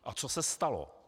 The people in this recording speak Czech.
A co se stalo?